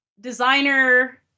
designer